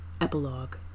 epilogue